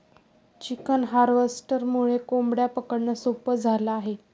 chicken हार्वेस्टरमुळे कोंबड्या पकडणं सोपं झालं आहे